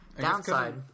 Downside